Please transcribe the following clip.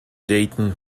dayton